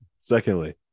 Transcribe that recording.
Secondly